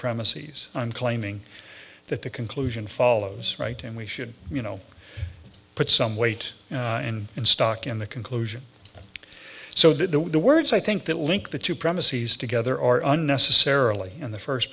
premises i'm claiming that the conclusion follows right and we should you know put some weight and in stock in the conclusion so that the words i think that link the two premises together are unnecessarily in the first